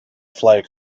flag